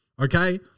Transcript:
Okay